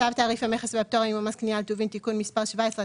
6. צו תעריף המכס והפטורים ומס קנייה על טובין (תיקון מס' 17),